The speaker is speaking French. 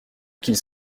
qu’ils